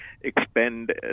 expend